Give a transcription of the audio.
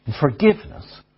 Forgiveness